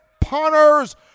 punters